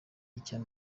icya